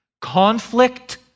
conflict